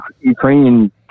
Ukrainian